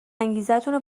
انگیزتونو